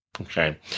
okay